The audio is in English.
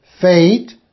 fate